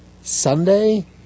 Sunday